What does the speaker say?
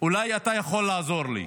אולי אתה יכול לעזור לי.